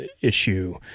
issue